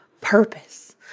purpose